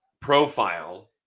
profile